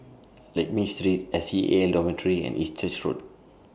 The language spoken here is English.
Lakme Street S E A Dormitory and East Church Road